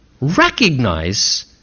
recognize